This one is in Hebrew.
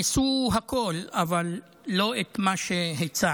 ניסו הכול, אבל לא את מה שהצענו.